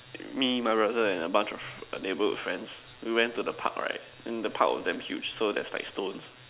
me my brother and a bunch of neighborhood friends we went to the Park right then the Park was damn huge so there's like stones